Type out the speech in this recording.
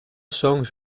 songs